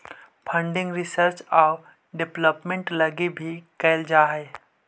funding research आउ development लगी भी कैल जा हई